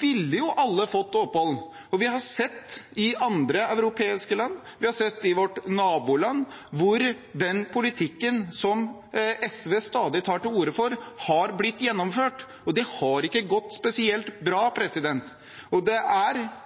ville jo alle fått opphold. Vi har sett det i andre europeiske land, vi har sett det i vårt naboland, hvor den politikken SV stadig tar til orde for, har blitt gjennomført, og det har ikke gått spesielt